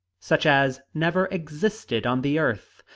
such as never existed on the earth.